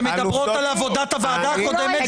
שמדברות על עבודת הוועדה הקודמת,